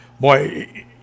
boy